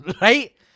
...right